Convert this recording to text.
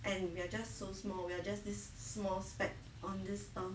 and we are just so small we are just this small speck on this earth